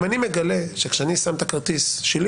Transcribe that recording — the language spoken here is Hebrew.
אם אני מגלה שכשאני שם את הכרטיס שלי